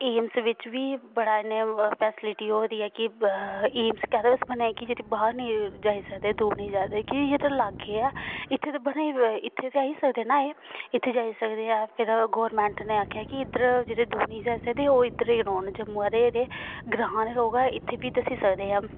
AIIMS बिच्च बी बड़ा इन्ना फेसीलिटी हो दी ऐ कि एम्स कैह्दे आस्तै बना दा कि जेह्के बाहर नेईं जाई सकदे दूर नेईं जाई सकदे क्योंकि जेह्ड़े लाग्गे ऐ इत्थै ते बड़े इत्थै ते आई सकदे ना एह् इत्थै जाई सकदे ऐ फिर गौरमैंट ने आखेआ कि इद्धर जेह्ड़े दूर नी जाई सकदे ओह् इद्दर ही रौह्न जम्मू आह्ले जेड़े ग्रां दे लोग ऐ ओह् इत्थै बी दस्सी सकदे ऐ